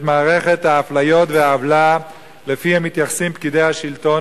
את מערכת האפליות והעוולה שלפיהן מתייחסים פקידי השלטון,